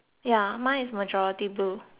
majority blue